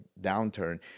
downturn